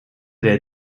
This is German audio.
der